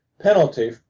penalty